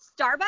Starbucks